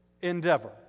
endeavor